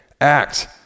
act